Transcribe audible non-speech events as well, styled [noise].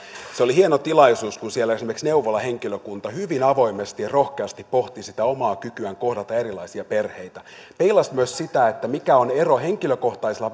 se oli hieno tilaisuus kun siellä esimerkiksi neuvolahenkilökunta hyvin avoimesti ja rohkeasti pohti sitä omaa kykyään kohdata erilaisia perheitä ja peilasi myös sitä mikä on ero henkilökohtaisella [unintelligible]